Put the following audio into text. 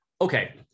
okay